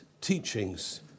teachings